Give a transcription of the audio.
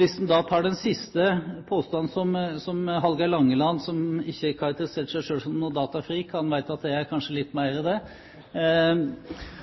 Hvis man da tar den siste påstanden, som Hallgeir Langeland tok opp, som ikke karakteriserte seg selv som noen datafrik – han vet kanskje at jeg er litt mer det